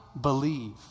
believe